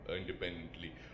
independently